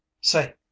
Say